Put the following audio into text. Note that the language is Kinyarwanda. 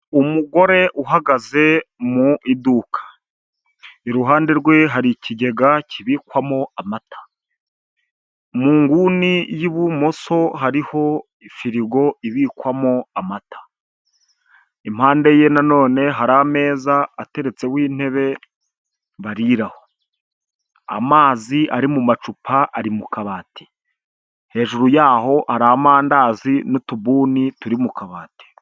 Umugore uhagaze mu iduka iruhande rwe hari ikigega kibikwamo amata, mu nguni y'ibumoso hariho ifirigo ibikwamo amata, impande ye na none hari ameza ateretseho intebe bariraho, amazi ari mu macupa ari mu kabati, hejuru yaho hari amandazi n'utubuni turi mu kabati.